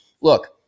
look